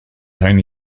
only